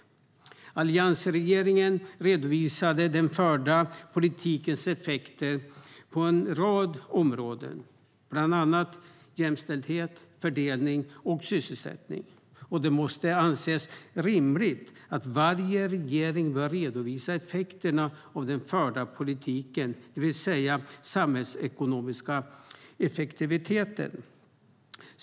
Alliansregeringen redovisade den förda politikens effekter på en rad områden, bland annat jämställdhet, fördelning och sysselsättning. Det måste anses rimligt att varje regering bör redovisa effekterna av den förda politiken, det vill säga den samhällsekonomiska effektiviteten.